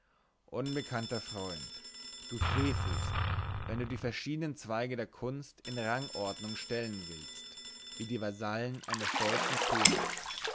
unbekannter freund du frevelst wenn du die verschiedenen zweige der kunst in rangordnung stellen willst wie die vasallen eines stolzen königs